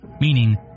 meaning